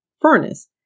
furnace